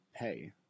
pay